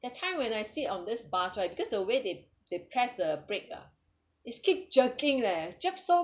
that time when I sit on this bus right because the way they they press the brake ah is keep jerking leh jerk so